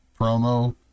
promo